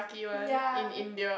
ya